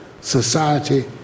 society